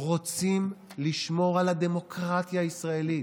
רוצים לשמור על הדמוקרטיה הישראלית,